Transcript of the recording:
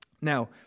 Now